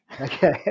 Okay